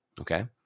Okay